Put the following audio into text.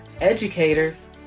educators